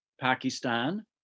Pakistan